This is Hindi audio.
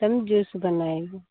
तो हम जूस बनाएँगे